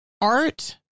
art